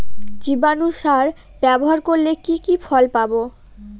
জীবাণু সার ব্যাবহার করলে কি কি ফল পাবো?